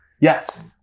Yes